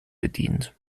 bedient